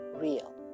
real